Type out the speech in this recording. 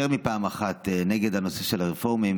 יותר מפעם אחת נגד הנושא של הרפורמים,